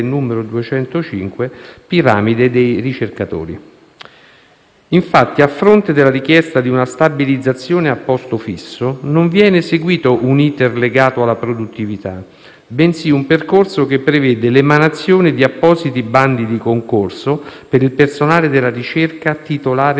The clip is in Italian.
Infatti, a fronte della richiesta di una stabilizzazione a posto fisso, non viene seguito un *iter* legato alla produttività, bensì un percorso che prevede l'emanazione di appositi bandi di concorso per il personale della ricerca titolare di contratto a tempo determinato, in possesso dei requisiti di cui